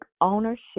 ownership